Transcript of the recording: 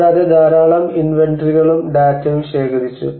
കൂടാതെ ധാരാളം ഇൻവെന്ററികളും ഡാറ്റയും ശേഖരിച്ചു